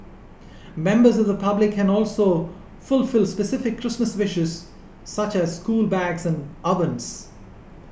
members the public can also fulfil specific Christmas wishes such as school bags and ovens